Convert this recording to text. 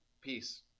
Peace